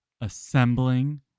assembling